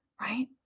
Right